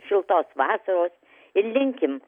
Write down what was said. šiltos vasaros ir linkim